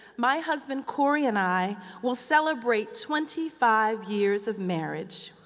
my husband cory and i will celebrate twenty five years of marriage.